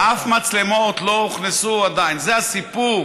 שום מצלמות לא הוכנסו עדיין, זה הסיפור.